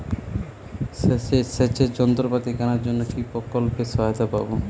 সেচের যন্ত্রপাতি কেনার জন্য কি প্রকল্পে সহায়তা পাব?